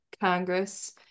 congress